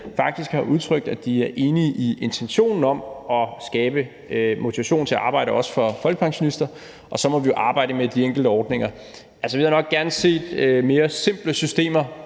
faktisk har udtrykt, at de er enige i intentionen om at skabe motivation til at arbejde, også for folkepensionister, og så må vi arbejde med de enkelte ordninger. Vi havde nok gerne set mere simple systemer,